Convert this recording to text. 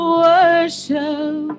worship